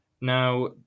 Now